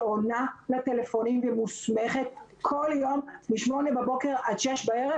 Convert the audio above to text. מוסמכת שעונה לטלפונים כל יום משמונה בבוקר עד שש בערב.